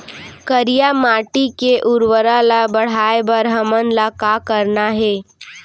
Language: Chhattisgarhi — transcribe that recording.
करिया माटी के उर्वरता ला बढ़ाए बर हमन ला का करना हे?